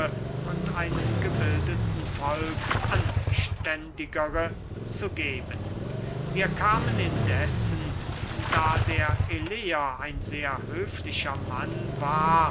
und einem gebildeten volk anständigere zu geben wir kamen indessen da der eleer ein sehr höflicher mann war